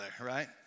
right